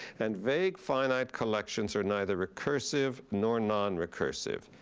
and vague finite collections are neither recursive nor non-recursive.